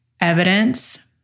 evidence